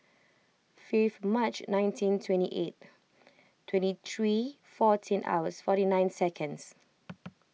fifth March nineteen twenty eight twenty three fourteen hours forty nine seconds